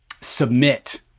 submit